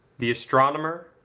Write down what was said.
the astronomer,